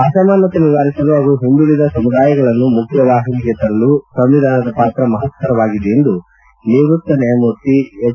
ಅಸಮಾನತೆ ನಿವಾರಿಸಲು ಹಾಗೂ ಹಿಂದುಳಿದ ಸಮುದಾಯಗಳನ್ನು ಮುಖ್ಜವಾಹಿನಿಗೆ ತರಲು ಸಂವಿಧಾನದ ಪಾತ್ರ ಮಹತ್ತರವಾಗಿದೆ ಎಂದು ನಿವೃತ್ತ ನ್ಯಾಯಮೂರ್ತಿ ಎಚ್